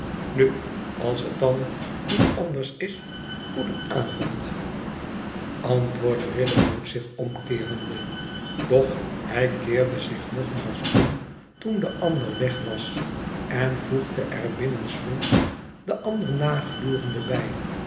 inu als het dan niet anders is goedenavond antwoordde riderhood zich omkeerende doch hij keerde zich nogmaals om toen de ander weg was en voegde er binnensmonds den ander naglurende bij